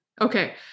Okay